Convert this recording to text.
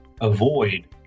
avoid